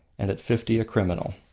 and at fifty a criminal.